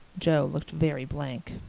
joe looked very blank.